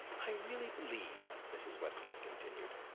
i really believe, mrs. westgate continued,